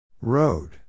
Road